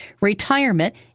retirement